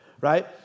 right